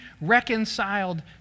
reconciled